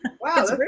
wow